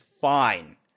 fine